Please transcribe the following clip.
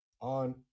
on